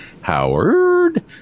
Howard